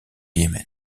yémen